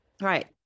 Right